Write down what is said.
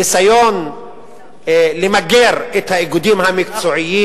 ניסיון למגר את האיגודים המקצועיים